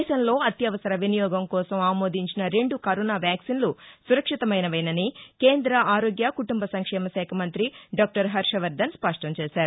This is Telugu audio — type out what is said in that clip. దేశంలో అత్యవసర వినియోగం కోసం ఆమోదించిన రెండు కరోనా వ్యాక్సిన్ల సురక్షితమైనవేనని కేంద్ర ఆరోగ్య కుటుంబ సంక్షేమ శాఖ మంతి డాక్టర్ హర్షవర్దన్ స్పష్టం చేశారు